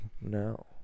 No